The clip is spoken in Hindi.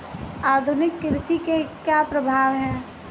आधुनिक कृषि के क्या प्रभाव हैं?